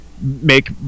make